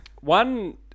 One